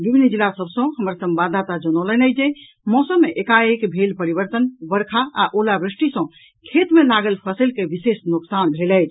विभिन्न जिला सभ सॅ हमार संवाददाता जनौलनि अछि जे मौसम मे एकाएक भेल परिवर्तन बर्षा आ ओलावृष्टि सॅ खेत मे लागल फसलि के विशेष नोकसान भेल अछि